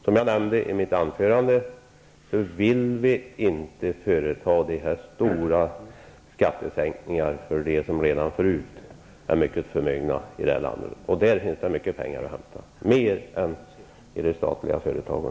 Som jag nämnde i mitt anförande vill vi inte företa dessa stora skattesänkningar för dem som redan förut är mycket förmögna i det här landet. Där finns det mycket pengar att hämta, mer än i de statliga företagen.